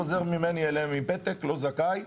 חוזר ממני אליהם עם פתק "לא זכאי".